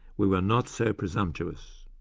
we were not so presumptuous.